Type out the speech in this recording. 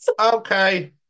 Okay